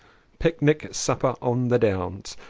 picnic supper on the downs.